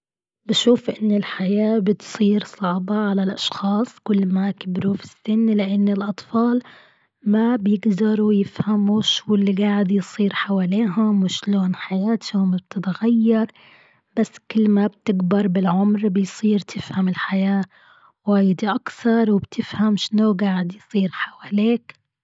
بشوف أن الحياة بتصير صعبة على الأشخاص كل ما كبروا في السن لأن الأطفال ما بيقدروا يفهموا شو اللي قاعد يصير حواليهم وشلون حياتهم بتتغير بس كل ما بتكبر بالعمر بيصير تفهم الحياة وايد اكثر وبتفهم شنو قاعد يصير حواليك.